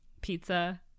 pizza